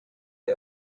the